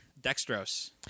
Dextrose